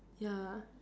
ya